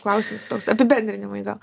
klausimas toks apibendrinimui gal